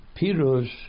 Pirush